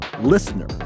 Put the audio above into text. Listener